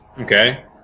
Okay